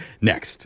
next